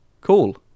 cool